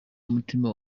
umutima